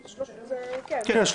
כן.